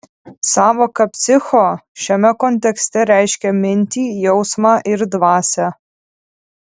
sąvoka psicho šiame kontekste reiškia mintį jausmą ir dvasią